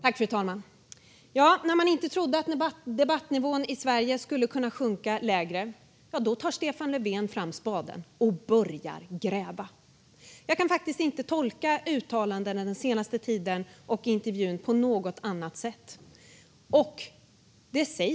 Fru talman! När man inte trodde att debattnivån i Sverige skulle kunna sjunka lägre tar Stefan Löfven fram spaden och börjar gräva. Jag kan faktiskt inte tolka den senaste tidens uttalanden och denna intervju på något annat sätt.